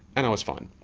and i was fine.